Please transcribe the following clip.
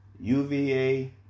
UVA